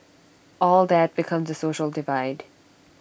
all that becomes social divide